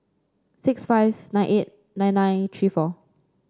six five nine eight nine nine three four